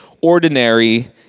ordinary